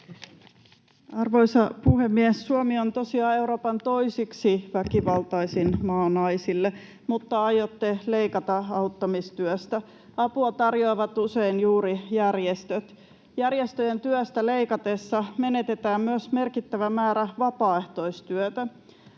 Arvoisa puhemies! Suomi on tosiaan Euroopan toiseksi väkivaltaisin maa naisille, mutta aiotte leikata auttamistyöstä. Apua tarjoavat usein juuri järjestöt. Järjestöjen työstä leikattaessa menetetään myös merkittävä määrä vapaaehtoistyötä.